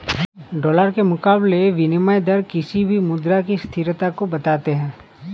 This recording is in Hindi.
डॉलर के मुकाबले विनियम दर किसी भी मुद्रा की स्थिरता को बताते हैं